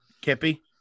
Kippy